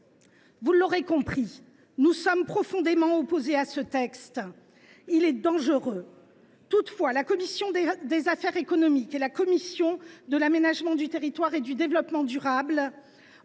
Vous l’aurez compris, nous sommes profondément opposés à ce texte, qui est dangereux. Toutefois, la commission des affaires économiques et la commission de l’aménagement du territoire et du développement durable ont